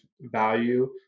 value